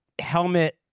helmet